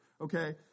okay